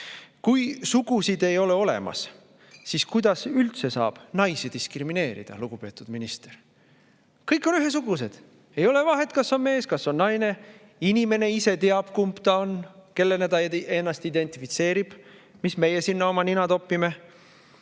Kui sugusid ei ole olemas, siis kuidas üldse saab naisi diskrimineerida, lugupeetud minister? Kõik on ühesugused. Ei ole vahet, kes on mees või naine. Inimene ise teab, kumb ta on, kellena ta ennast identifitseerib. Mis meie sinna oma nina topime?